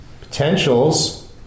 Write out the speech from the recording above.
Potentials